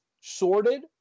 sorted